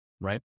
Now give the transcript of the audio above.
Right